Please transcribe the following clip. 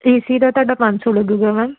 AC ਦਾ ਤੁਹਾਡਾ ਪੰਜ ਸੌ ਲੱਗੇਗਾ ਮੈਮ